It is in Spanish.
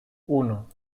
uno